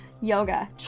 yoga